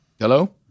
Hello